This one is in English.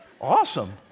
Awesome